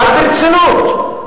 אבל ברצינות: